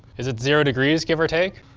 is it zero degrees, give or take?